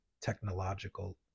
technological